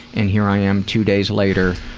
and here i am two days later,